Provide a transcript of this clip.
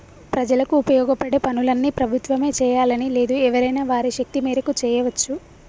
ప్రజలకు ఉపయోగపడే పనులన్నీ ప్రభుత్వమే చేయాలని లేదు ఎవరైనా వారి శక్తి మేరకు చేయవచ్చు